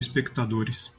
espectadores